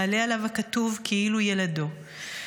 מעלה עליו הכתוב כאילו ילדו".